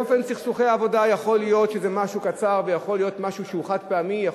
בסכסוכי עבודה יכול להיות שזה משהו קצר ויכול להיות משהו שהוא חד-פעמי,